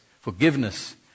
forgiveness